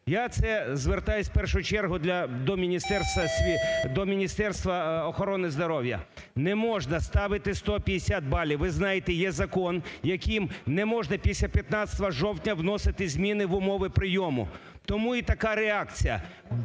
Я це звертаюся, в першу чергу, до Міністерства охорони здоров'я, не можна ставити 150 балів. Ви знаєте, є закон, яким не можна після 15 жовтня вносити зміни в умови прийому, тому і така реакція.